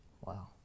Wow